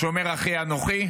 השומר אחי אנוכי?